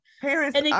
Parents